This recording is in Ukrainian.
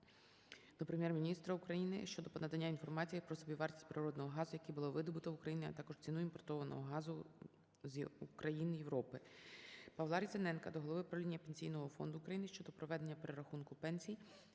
до Прем'єр-міністра України щодо надання інформації про собівартість природного газу, який було видобуто в Україні, а також ціну імпортованого газу з країн Європи. ПавлаРізаненка до голови правління Пенсійного фонду України щодо проведення перерахунку пенсії